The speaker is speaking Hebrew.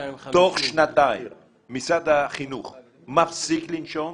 תוך שנתיים משרד החינוך מפסיק לנשום